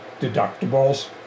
deductibles